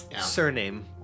surname